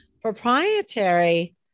Proprietary